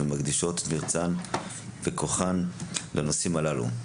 ומקדישות את מרצן וכוחן לנושאים אלו.